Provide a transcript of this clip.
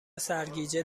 سرگیجه